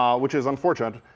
um which is unfortunate.